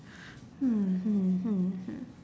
hmm hmm hmm hmm